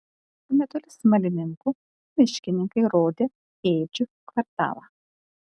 netoli smalininkų miškininkai rodė ėdžių kvartalą